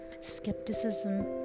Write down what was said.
Skepticism